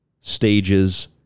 stages